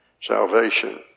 salvation